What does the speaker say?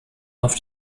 auf